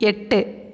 எட்டு